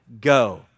Go